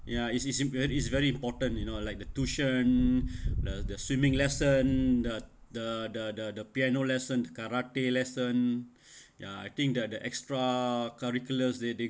ya it's it's ver~ it's very important you know like the tuition the the swimming lesson the the the the the piano lesson karate lesson ya I think that the extra curriculars that they